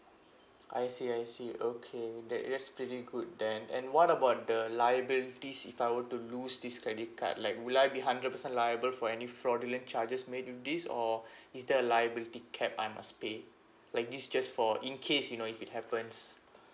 I see I see okay that that's pretty good then and what about the liabilities if I were to lose this credit card like will I be hundred percent liable for any fraudulent charges made with this or is there a liability cap I must pay like this is just for in case you know if it happens